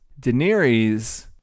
Daenerys